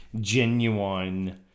genuine